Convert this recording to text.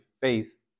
faith